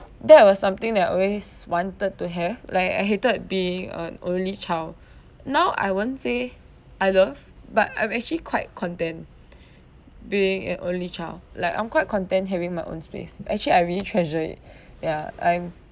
that was something that I always wanted to have like I hated being an only child now I won't say I love but I'm actually quite content being an only child like I'm quite content having my own space actually I really treasure it ya I'm